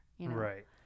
right